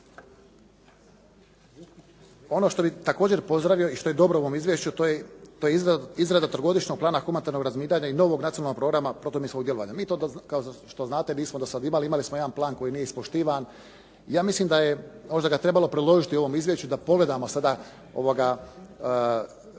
Ono što bih također pozdravio i što je dobro u ovom izvješću, to je izrada trogodišnjeg plana humanitarnog razminiranja i novog Nacionalnog programa protuminskog djelovanja. Mi to, kao što znate, mi smo do sad imali, imali smo jedan plan koji nije ispoštivan. Ja mislim da je možda ga trebalo predložiti u ovom izvješću da pogledamo sada što